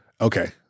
Okay